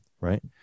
right